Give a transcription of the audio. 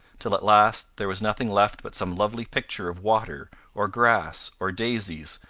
till at last there was nothing left but some lovely picture of water or grass or daisies,